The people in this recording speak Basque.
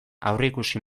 aurreikusi